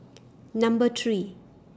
Number three